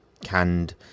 canned